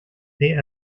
the